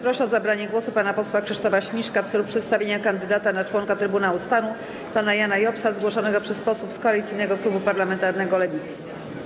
Proszę o zabranie głosu pana posła Krzysztofa Śmiszka w celu przedstawienia kandydata na członka Trybunału Stanu pana Jana Jobsa, zgłoszonego przez posłów z Koalicyjnego Klubu Parlamentarnego Lewicy.